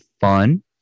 fun